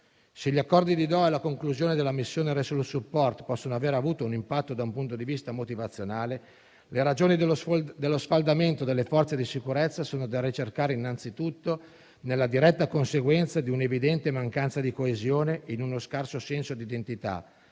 Se gli accordi di Doha e la conclusione della missione Resolution support possono avere avuto un impatto da un punto di vista motivazionale, le ragioni dello sfaldamento delle forze di sicurezza sono da ricercare innanzitutto nella diretta conseguenza di una evidente mancanza di coesione e in uno scarso senso d'identità,